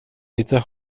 lite